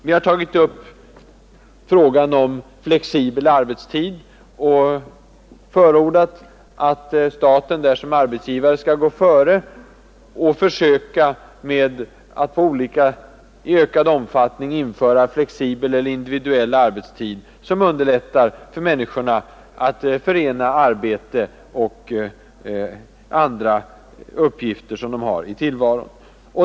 Vi har tagit upp frågan om flexibel arbetstid och förordat att staten som arbetsgivare skall gå före och försöka att i ökad omfattning införa flexibel eller individuell arbetstid, som underlättar för människorna att förena arbete med de andra uppgifter som de har i tillvaron.